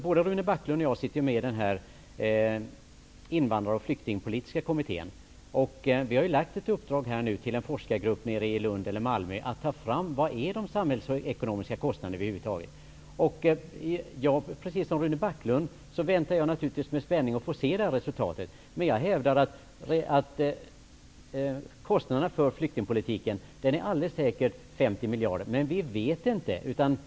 Både Rune Backlund och jag sitter med i den invandrar och flyktingpolitiska kommittén. Vi har gett en forskargrupp i Lund eller Malmö i uppdrag att ta fram de samhällsekonomiska kostnaderna. Precis som Rune Backlund väntar jag naturligtvis med spänning på att få se resultatet. Jag hävdar att kostnaderna för flyktingpolitiken alldeles säkert är 50 miljarder. Men vi vet inte.